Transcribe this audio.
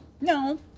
No